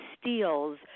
steals